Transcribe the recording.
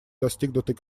достигнутый